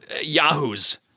...yahoo's